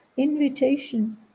invitation